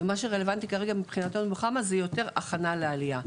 מה שרלוונטי כרגע מבחינתנו בחמ"ע זה יותר הכנה לעלייה.